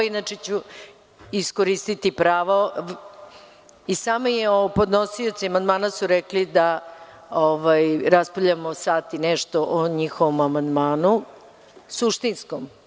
Inače ću iskoristiti pravo i sami podnosioci amandmana su rekli da raspravljamo sat i nešto o njihovom amandmanu, suštinskom.